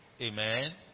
Amen